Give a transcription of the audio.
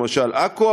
למשל עכו,